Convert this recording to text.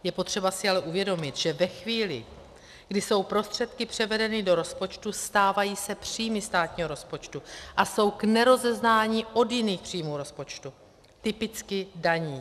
Je potřeba si ale uvědomit, že ve chvíli, kdy jsou prostředky převedeny do rozpočtu, stávají se příjmy státního rozpočtu a jsou k nerozeznání od jiných příjmů rozpočtu typicky daní.